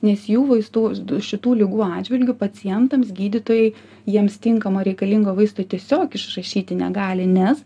nes jų vaistų šitų ligų atžvilgiu pacientams gydytojai jiems tinkamo reikalingo vaisto tiesiog išrašyti negali nes